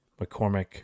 McCormick